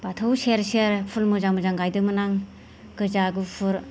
बाथौ सेर सेर फुल मोजां मोजां गायदोंमोन आं गोजा गुफुर